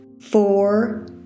four